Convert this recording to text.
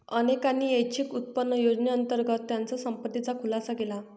अनेकांनी ऐच्छिक उत्पन्न योजनेअंतर्गत त्यांच्या संपत्तीचा खुलासा केला